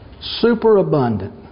Superabundant